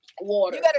Water